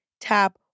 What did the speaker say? tap